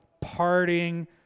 parting